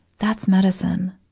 that's medicine.